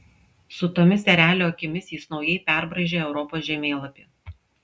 su tomis erelio akimis jis naujai perbraižė europos žemėlapį